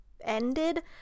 ended